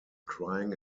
crying